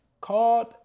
called